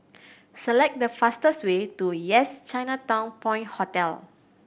select the fastest way to Yes Chinatown Point Hotel